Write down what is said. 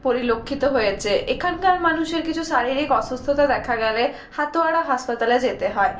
পরিলক্ষিত হয়েছে এখানকার মানুষের কিছু শারীরিক অসুস্থতা দেখা গেলে হাতোয়ারা হাসপাতালে যেতে হয়